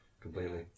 completely